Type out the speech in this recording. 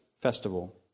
festival